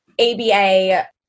ABA